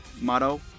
motto